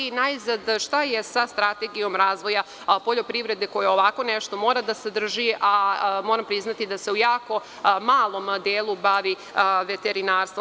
Najzad, šta je sa strategijom razvoja poljoprivrede, koja ovako nešto mora da sadrži, a moram priznati da se u jako malom delu bavi veterinarstvom.